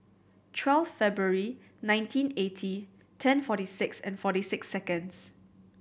twelfth Feburary nineteen eighty ten forty six and forty six seconds